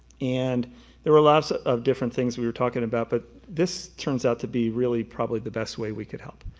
and there were lots of different things we were talking about, but this turns out to be really probably the best way we could help.